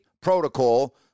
protocol